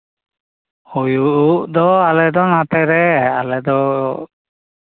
ᱦᱩᱭᱩᱜ ᱫᱚ ᱟᱞᱮ ᱫᱚ ᱱᱚᱛᱮᱨᱮ ᱟᱞᱮ ᱫᱚ